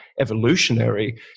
evolutionary